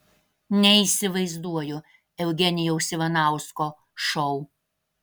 neįsivaizduoju eugenijaus ivanausko šou